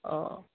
অঁ